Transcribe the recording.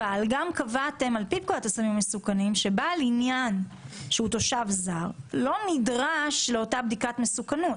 גם קבעתם שבעל עניין שהוא תושב זר לא נדרש לאותה בדיקת מסוכנות.